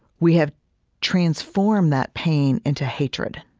we have transformed that pain into hatred